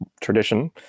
tradition